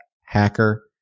hacker